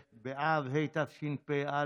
י"ב באב התשפ"א /